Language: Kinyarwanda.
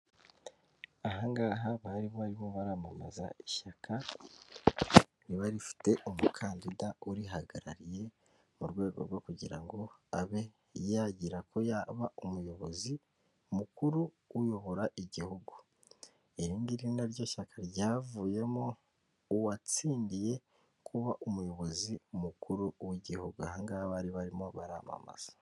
Mu karere ka Muhanga habereyemo irushanwa ry'amagare riba buri mwaka rikabera mu gihugu cy'u Rwanda, babahagaritse ku mpande kugira ngo hataba impanuka ndetse n'abari mu irushanwa babashe gusiganwa nta nkomyi.